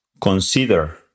consider